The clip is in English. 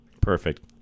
Perfect